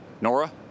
Nora